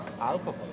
alcohol